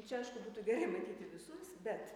čia aišku būtų gerai matyti visus bet